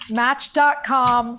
match.com